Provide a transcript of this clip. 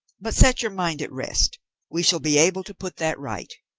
but set your mind at rest we shall be able to put that right.